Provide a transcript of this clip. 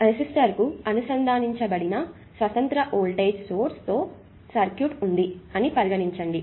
రెసిస్టర్కు అనుసంధానించబడిన స్వతంత్ర వోల్టేజ్ సోర్స్ తో సర్క్యూట్ ఉంది అని పరిగణించండి